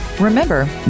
Remember